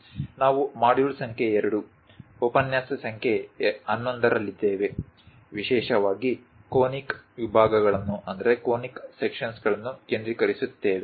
ನಾವು ಮಾಡ್ಯೂಲ್ ಸಂಖ್ಯೆ 2 ಉಪನ್ಯಾಸ ಸಂಖ್ಯೆ 11 ರಲ್ಲಿದ್ದೇವೆ ವಿಶೇಷವಾಗಿ ಕೋನಿಕ್ ವಿಭಾಗಗಳನ್ನು ಕೇಂದ್ರೀಕರಿಸುತ್ತೇವೆ